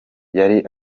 yari